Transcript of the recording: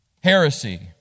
heresy